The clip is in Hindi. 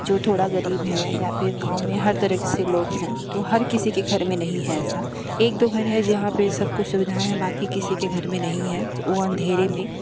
जो थोड़ा गरीब हैं या फिर गाँव में हर तरह से लोग हैं तो हर किसी के घर में नहीं है ऐसा एक दो घर में है जहाँ पर सब कुछ सुविधा है बाकी किसी के घर में नहीं है सो वह अन्धेरे में